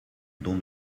dont